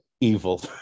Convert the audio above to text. evil